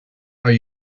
are